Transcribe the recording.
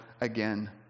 again